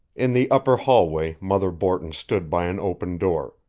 in the upper hallway mother borton stood by an open door,